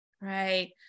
right